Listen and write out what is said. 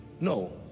No